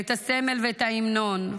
את הסמל ואת ההמנון.